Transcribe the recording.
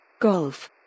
Golf